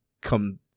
come